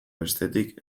bestetik